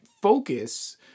focus